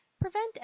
prevent